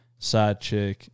Sidechick